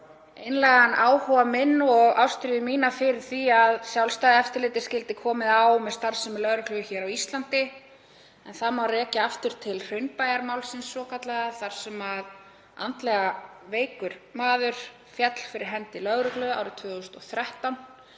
einlægan áhuga minn og ástríðu fyrir því að sjálfstæðu eftirliti skyldi komið á með starfsemi lögreglu hér á Íslandi. Það má rekja aftur til Hraunbæjarmálsins svokallaða, þegar andlega veikur maður féll fyrir hendi lögreglu árið 2013,